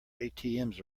atms